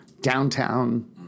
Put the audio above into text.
downtown